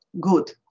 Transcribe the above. Good